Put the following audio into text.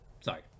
sorry